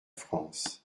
france